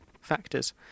factors